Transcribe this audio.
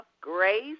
grace